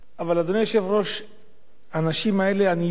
האנשים האלה, אני לא חושב שיש להם מחשבות